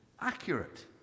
accurate